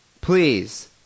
please